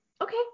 okay